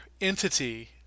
entity